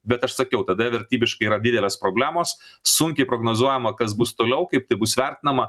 bet aš sakiau tada vertybiškai yra didelės problemos sunkiai prognozuojama kas bus toliau kaip tai bus vertinama